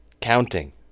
Counting